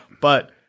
But-